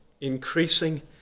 increasing